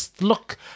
look